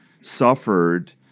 suffered